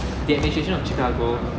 the administration of chicago